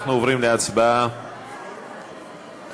אנחנו עוברים להצבעה אלקטרונית.